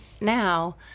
now